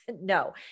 No